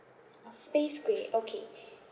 uh space grey okay